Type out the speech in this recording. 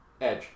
Edge